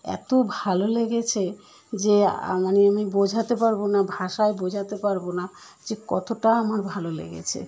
এত ভালো লেগেছে যে মানে আমি বোঝাতে পারবো না ভাষায় বোঝাতে পারবো না যে কতটা আমার ভালো লেগেছে